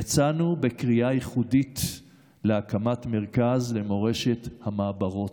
יצאנו בקריאה ייחודית להקמת מרכז למורשת המעברות.